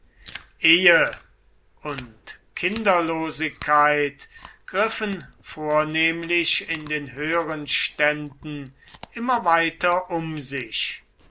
ehe und kinderlosigkeit griffen vornehmlich in den höheren ständen immer weiter um sich